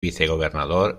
vicegobernador